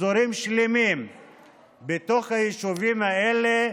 אזורים שלמים בתוך היישובים האלה,